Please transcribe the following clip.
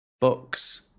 books